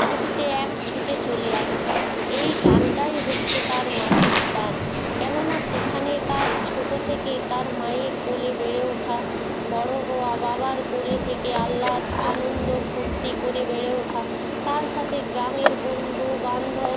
ছুট্টে এক ছুটে চলে আসি এই টানটাই হচ্ছে তার মাটির টান কেননা সেখানে তার ছোট থেকে তার মায়ের কোলে বেড়ে ওঠা বড় হওয়া বাবার কোলে থেকে আহ্লাদ আনন্দ ফূর্তি করে বেড়ে ওঠা তার সাথে গ্রামের বন্ধুবান্ধব